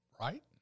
right